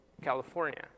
California